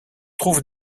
trouve